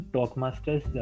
Talkmasters